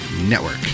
Network